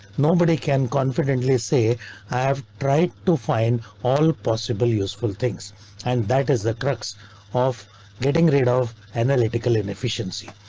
nobody can confidently say i have tried to find all possible useful things and that is the crux of getting rid of analytical inefficiency.